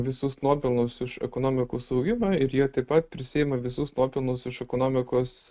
visus nuopelnus už ekonomikos augimą ir jie taip pat prisiima visus nuopelnus už ekonomikos